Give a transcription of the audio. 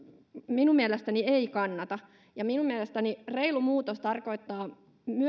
minun mielestäni ei kannata ja minun mielestäni reilu muutos tarkoittaa